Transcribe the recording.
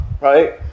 right